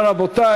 רבותי,